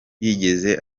yagize